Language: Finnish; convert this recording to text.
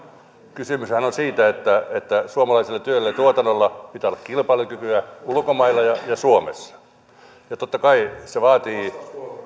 kysymyshän on siitä että että suomalaisella työllä ja tuotannolla pitää olla kilpailukykyä ulkomailla ja suomessa ja totta kai se vaatii